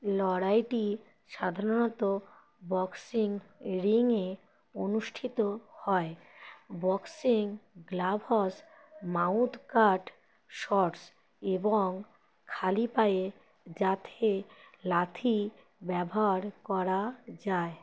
লড়াইটি সাধারণত বক্সিং রিংয়ে অনুষ্ঠিত হয় boxing gloves mouth guard shorts এবং খালি পায়ে যাতে লাথি ব্যবহার করা যায়